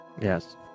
yes